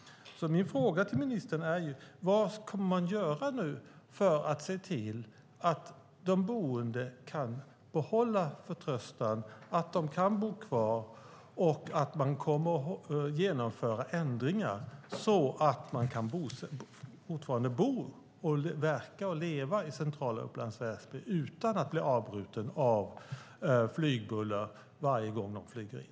Min fråga till ministern är: Vad kommer man nu att göra för att se till att de boende kan behålla förtröstan? Det handlar om att de ska kunna bo kvar och att man kommer att genomföra ändringar så att människorna fortfarande kan bo, verka och leva i centrala Upplands Väsby utan att bli avbrutna av flygbuller varje gång någon flyger in.